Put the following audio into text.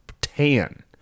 tan